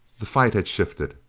the fight had shifted.